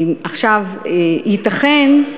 עכשיו, ייתכן,